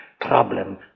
problem